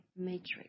matrix